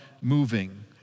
moving